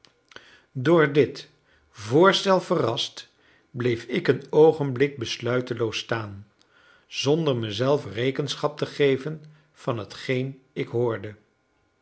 door dit voorstel verrast bleef ik een oogenblik besluiteloos staan zonder mezelf rekenschap te geven van hetgeen ik hoorde